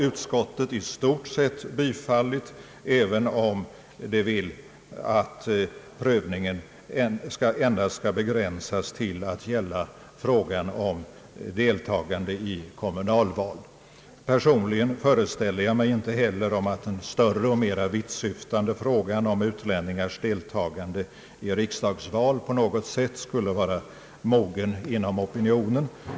Utskottet har i stort sett bifallit detta förslag, även om det vill att prövningen skall begränsas till att gälla frågan om deltagande i kommunalval. Personligen föreställer jag mig inte heller att den större och mera vittsyftande frågan om utlänningars deltagande i riksdagsval på något sätt skulle vara mogen inom opinionen.